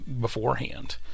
beforehand